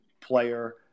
player